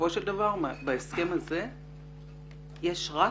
בסופו של דבר, בהסכם הזה יש רק